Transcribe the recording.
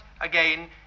again